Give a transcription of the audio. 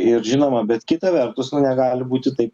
ir žinoma bet kita vertus nu negali būti taip